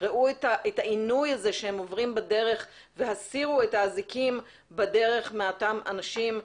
ראו את העינוי הזה שהם עוברים בדרך והסירו את האזיקים בדרך מאותם אנשים.